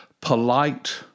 polite